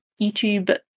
YouTube